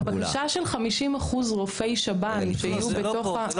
הבקשה של 50% רופאי שב"ן שיהיו בתוך --- לא,